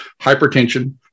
hypertension